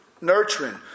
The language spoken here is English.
nurturing